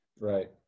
Right